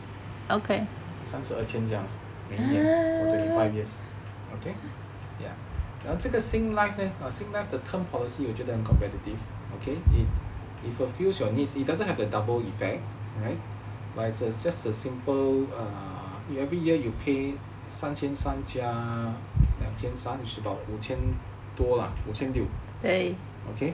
三十二千这样 lah for twenty five years okay 然后这个 singlife leh singlife 的 term policy 我觉得很 competitive okay if it fulfils your needs it doesn't have a double effect alright but it's just a simple err every year you pay 三千三加两千三 should be about 五千多 lah 五千六 okay